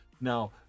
now